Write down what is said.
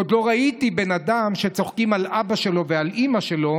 עוד לא ראיתי בן אדם שצוחקים על אבא שלו ועל אימא שלו